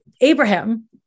Abraham